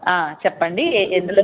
ఆ చెప్పండి ఎందులో